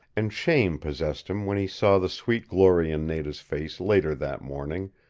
and shame possessed him when he saw the sweet glory in nada's face later that morning,